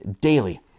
daily